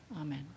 Amen